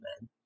man